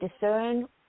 discern